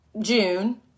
June